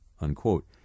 unquote